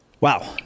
Wow